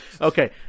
Okay